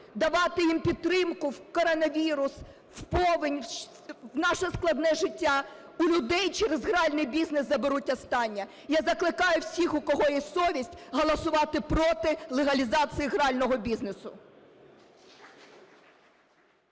давати їм підтримку в коронавірус, в повінь, в наше складне життя, у людей через гральний бізнес заберуть останнє. Я закликаю всіх, у кого є совість, голосувати проти легалізації грального бізнесу.